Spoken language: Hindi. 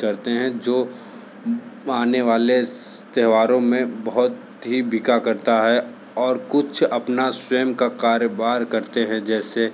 करते है जो आने वाले त्योहारों में बहुत ही बिका करता है और कुछ अपना स्वयं का कारोबार करते हैं जैसे